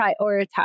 prioritize